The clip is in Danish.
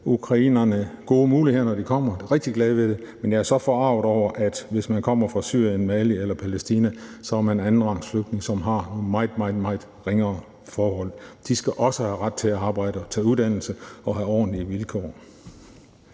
ukrainerne gode muligheder, når de kommer hertil – jeg er rigtig glad ved det – men jeg er så forarget over, at man, hvis man kommer fra Syrien, Mali eller Palæstina, er andenrangsflygtning, som har meget, meget ringere forhold. De skal også have ret til at arbejde og tage uddannelse og have ordentlige vilkår.